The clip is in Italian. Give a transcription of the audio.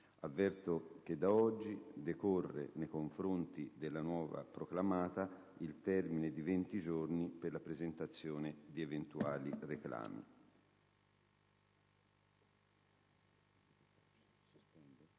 Avverto che da oggi decorre, nei confronti della nuova proclamata, il termine di 20 giorni per la presentazione di eventuali reclami.